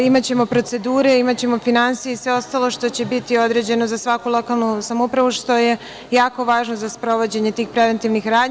Imaćemo procedure, imaćemo finansije i sve ostalo što će biti određeno za svaku lokalnu samoupravu, što je jako važno za sprovođenje tih preventivnih radnji.